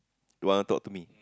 don't want to talk to me